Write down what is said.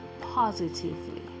positively